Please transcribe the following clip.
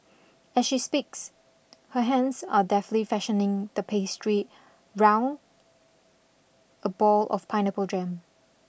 as she speaks her hands are deftly fashioning the pastry round a ball of pineapple jam